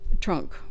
trunk